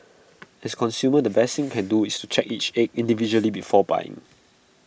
as consumers the best thing can do is to check each egg individually before buying